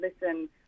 listen